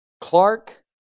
Clark